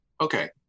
Okay